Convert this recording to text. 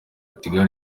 portugal